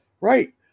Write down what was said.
Right